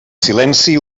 silenci